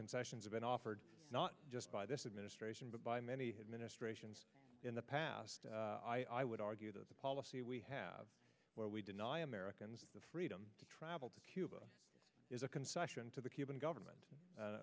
concessions have been offered not just by this administration but by many administrations in the past i would argue that the policy we have where we deny americans the freedom to travel to cuba is a concession to the cuban government